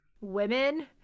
women